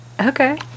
Okay